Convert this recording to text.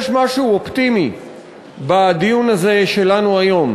יש משהו אופטימי בדיון הזה שלנו היום,